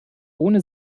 ohne